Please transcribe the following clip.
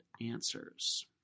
answers